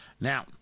Now